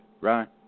right